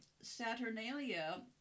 Saturnalia